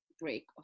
break